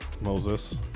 Moses